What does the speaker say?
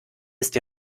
ist